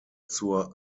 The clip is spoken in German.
zur